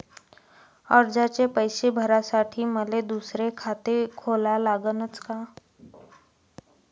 कर्जाचे पैसे भरासाठी मले दुसरे खाते खोला लागन का?